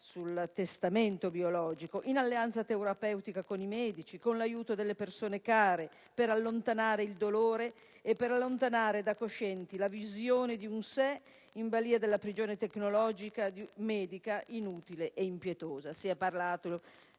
sul testamento biologico, in alleanza terapeutica con i medici, con l'aiuto delle persone care, per allontanare il dolore ed allontanare, da coscienti, la visione di un sé in balia della prigione tecnologica e medica inutile ed impietosa. Il